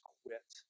quit